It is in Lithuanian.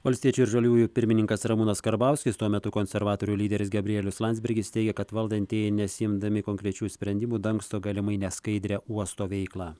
valstiečių ir žaliųjų pirmininkas ramūnas karbauskis tuo metu konservatorių lyderis gabrielius landsbergis teigia kad valdantieji nesiimdami konkrečių sprendimų dangsto galimai neskaidrią uosto veiklą